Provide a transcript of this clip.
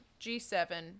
g7